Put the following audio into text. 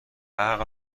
عقل